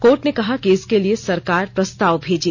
court ने कहा कि इसके लिए सरकार प्रस्ताव भेजे